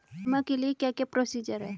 बीमा के लिए क्या क्या प्रोसीजर है?